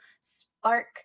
spark